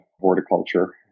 horticulture